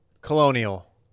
Colonial